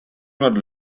not